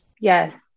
Yes